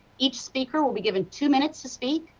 each speaker will be given two minutes to speak.